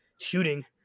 Shooting